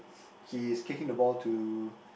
he is kicking the ball to